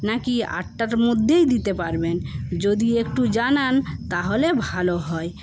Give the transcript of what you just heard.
নাকি আটটার মধ্যেই দিতে পারবেন যদি একটু জানান তাহলে ভালো হয়